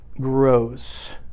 grows